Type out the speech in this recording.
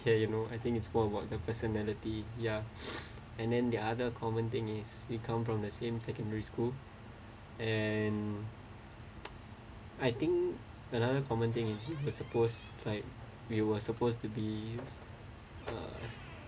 ya you know I think it's more about the personality ya and then the other common thing is we come from the same secondary school and I think another common thing is we are suppose like we were supposed to be uh